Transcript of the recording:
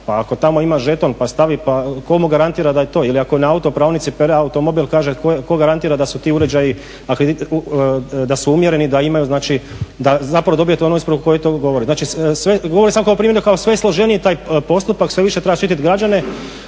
pa ako tamo ima žeton pa stavi pa tko mu garantira da je to. Ili ako na autopraonici pere automobil tko garantira da su ti uređaji da su umjereni i da imaju znači, zapravo da dobijete onu ispravu koja to govori. Znači, govorim samo kao primjer kao sve je složeniji taj postupak, sve više treba štititi građane.